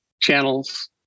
channels